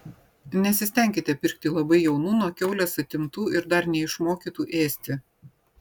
nesistenkite pirkti labai jaunų nuo kiaulės atimtų ir dar neišmokytų ėsti